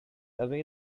away